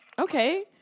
Okay